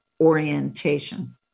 orientation